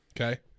Okay